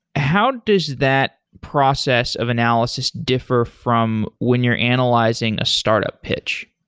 how does that process of analysis differ from when you're analyzing a startup pitch?